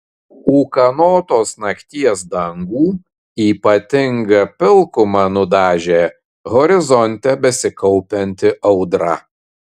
ūkanotos nakties dangų ypatinga pilkuma nudažė horizonte besikaupianti audra